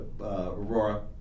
Aurora